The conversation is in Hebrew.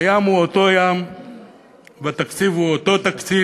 הים הוא אותו ים והתקציב הוא אותו תקציב,